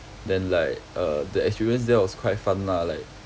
then like uh the experience there was quite fun lah like